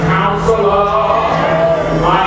Counselor